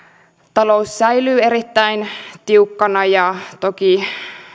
talous säilyy erittäin tiukkana toki